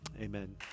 Amen